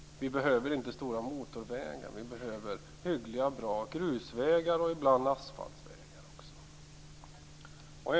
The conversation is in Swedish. Vi behöver inte stora motorvägar, utan vi behöver hyggliga och bra grusvägar och ibland också asfaltsvägar.